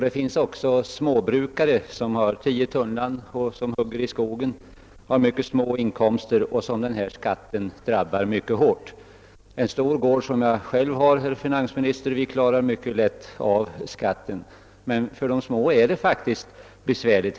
Det finns också småbrukare som har 10 tunnland och hugger i skogen och som har mycket små inkomster, och denna skatt drabbar dem mycket hårt. Den som har en stor gård som jag själv, herr finansminister, klarar mycket lätt av skatten, men för de små är den faktiskt besvärlig.